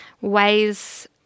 ways